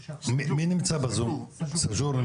סאג'ור,